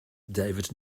david